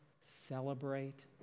celebrate